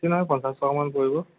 বেছি নহয় পঞ্চাছ টকামান পৰিব